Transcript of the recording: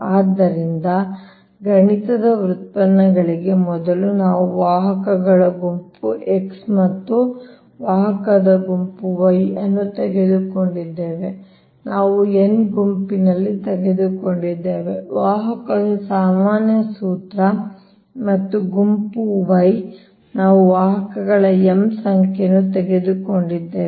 ಆದ್ದರಿಂದ ಗಣಿತದ ವ್ಯುತ್ಪನ್ನಗಳಿಗೆ ಮೊದಲು ನಾವು ವಾಹಕಗಳ ಗುಂಪು x ಮತ್ತು ವಾಹಕದ ಗುಂಪು y ಅನ್ನು ತೆಗೆದುಕೊಂಡಿದ್ದೇವೆ ನಾವು n ಗುಂಪಿನಲ್ಲಿ ತೆಗೆದುಕೊಂಡಿದ್ದೇವೆ ವಾಹಕ ಸಾಮಾನ್ಯ ಸೂತ್ರ ಮತ್ತು ಗುಂಪು y ನಾವು ವಾಹಕಗಳ m ಸಂಖ್ಯೆಯನ್ನು ತೆಗೆದುಕೊಂಡಿದ್ದೇವೆ